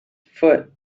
foot